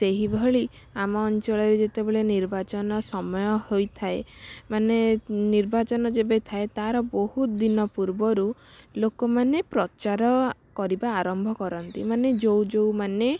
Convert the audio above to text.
ସେଇଭଳି ଆମ ଅଞ୍ଚଳରେ ଯେତେବେଳେ ନିର୍ବାଚନ ସମୟ ହୋଇଥାଏ ମାନେ ନିର୍ବାଚନ ଯେବେ ଥାଏ ତାର ବହୁତ ଦିନ ପୂର୍ବରୁ ଲୋକମାନେ ପ୍ରଚାର କରିବା ଆରମ୍ଭ କରନ୍ତି ମାନେ ଯେଉଁ ଯେଉଁ ମାନେ